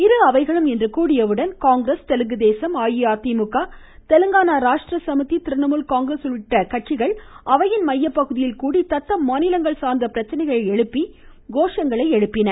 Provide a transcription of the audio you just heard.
இரு அவைகளும் இன்று கூடியவுடன் காங்கிரஸ் தெலுங்குதேசம் அஇஅதிமுக தெலுங்கானா ராஷ்டிர சமிதி திரிணாமுல் காங்கிரஸ் உள்ளிட்ட கட்சிகள் அவையின் மையப்பகுதியில் கூடி தத்தம் மாநிலங்கள் சார்ந்த பிரச்சினைகளை எழுப்பி கோஷமிட்டனர்